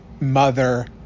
mother